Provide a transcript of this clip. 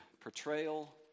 Portrayal